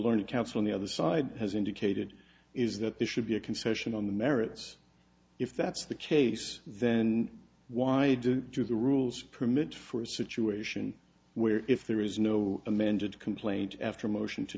learned counsel on the other side has indicated is that it should be a concession on the merits if that's the case then why do you the rules permit for a situation where if there is no amended complaint after a motion to